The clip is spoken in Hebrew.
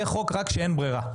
זה חוק רק כשאין ברירה.